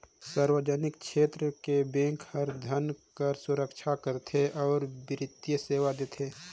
सार्वजनिक छेत्र के बेंक हर धन कर सुरक्छा करथे अउ बित्तीय सेवा देथे